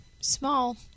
small